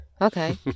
Okay